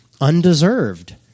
undeserved